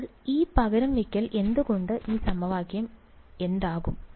അപ്പോൾ ആ പകരം വയ്ക്കൽ കൊണ്ട് ഈ സമവാക്യം എന്താകും